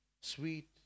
sweet